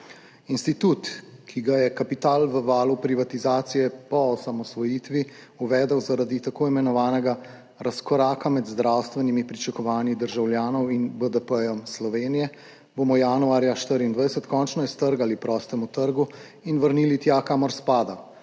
Institut, ki ga je kapital v valu privatizacije po osamosvojitvi uvedel zaradi tako imenovanega razkoraka med zdravstvenimi pričakovanji državljanov in BDP Slovenije, bomo januarja 2024 končno iztrgali prostemu trgu in vrnili tja, kamor spada